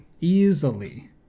Easily